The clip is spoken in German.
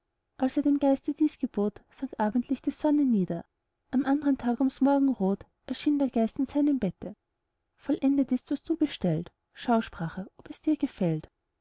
dem geiste dies gebot sank abendlich die sonne nieder am andern tag ums morgenrot erschien der geist an seinem bette vollendet ist was du bestellt schau sprach er ob es dir gefällt